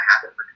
happen